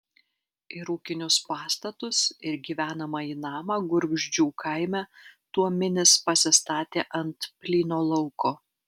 ir ūkinius pastatus ir gyvenamąjį namą gurgždžių kaime tuominis pasistatė ant plyno lauko